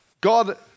God